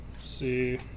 see